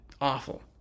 awful